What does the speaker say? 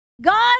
God